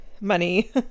money